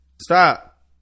stop